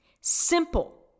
simple